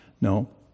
no